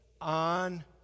on